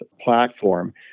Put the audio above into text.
platform